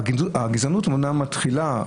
הגזענות מתחילה,